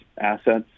assets